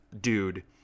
dude